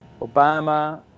Obama